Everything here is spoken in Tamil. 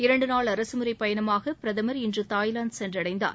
இரண்டு நாள் அரசுமுறைப்பயணமாக பிரதமர் இன்று தாய்லாந்து சென்றடைந்தார்